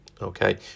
okay